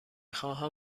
خواهم